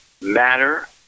matter